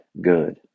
good